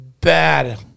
bad